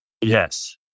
Yes